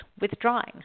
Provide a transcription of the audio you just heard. withdrawing